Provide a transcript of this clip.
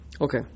Okay